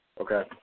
Okay